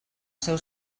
seu